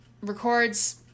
records